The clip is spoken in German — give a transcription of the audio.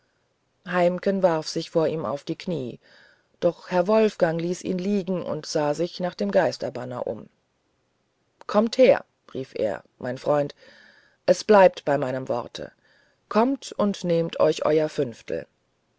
heimken warf sich vor ihm auf die knie doch herr wolfgang ließ ihn liegen und sah sich nach dem geisterbanner um kommt her rief er mein freund es bleibt bei meinem worte kommt und nehmt euch euer fünftel